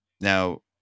Now